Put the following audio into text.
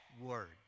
word